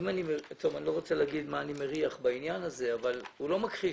אי לא רוצה לומר מה אני מריח בעניין הזה אבל הוא לא מכחיש